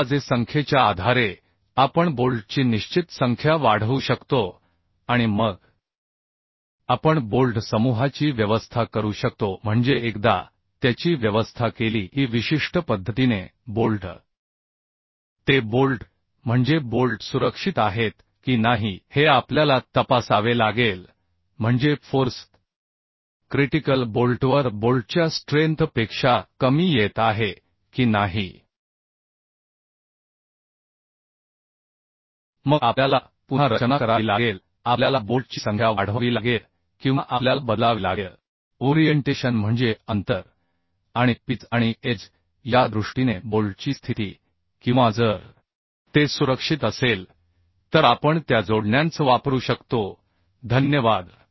त्या अंदाजे संख्येच्या आधारे आपण बोल्टची निश्चित संख्या वाढवू शकतो आणि मग आपण बोल्ट समूहाची व्यवस्था करू शकतो म्हणजे एकदा त्याची व्यवस्था केली की विशिष्ट पद्धतीने बोल्ट ते बोल्ट म्हणजे बोल्ट सुरक्षित आहेत की नाही हे आपल्याला तपासावे लागेल म्हणजे फोर्स क्रिटिकल बोल्टवर बोल्टच्या स्ट्रेंथ पेक्षा कमी येत आहे की नाही मग आपल्याला पुन्हा रचना करावी लागेल आपल्याला बोल्टची संख्या वाढवावी लागेल किंवा आपल्याला बदलावे लागेल ओरिएंटेशन म्हणजे अंतर आणि पिच आणि एज या दृष्टीने बोल्टची स्थिती किंवा जर ते सुरक्षित असेल तर आपण त्या जोडण्यांच वापरू शकतो धन्यवाद